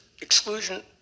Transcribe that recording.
Exclusion